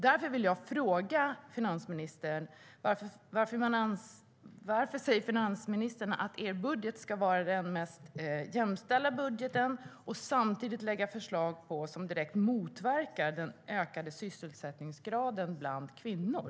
Därför vill jag fråga finansministern: Varför säger finansministern att er budget ska vara den mest jämställda budgeten, samtidigt som ni lägger fram förslag som direkt motverkar den ökande sysselsättningsgraden bland kvinnor?